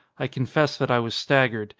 i confess that i was staggered,